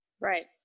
right